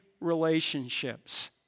relationships